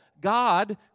God